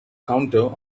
counter